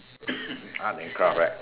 art and craft right